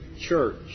church